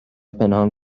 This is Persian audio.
پنهان